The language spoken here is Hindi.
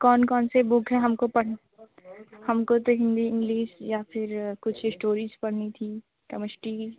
कौन कौन से बुक हैं हमको पढ़न हमको तो हिंदी इंग्लिश या फ़िर कुछ स्टोरीज़ पढ़नी थी केमिस्ट्री की